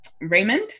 Raymond